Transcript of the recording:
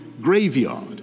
graveyard